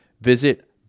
Visit